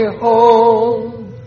hold